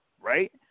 right